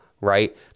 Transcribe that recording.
right